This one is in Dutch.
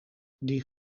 die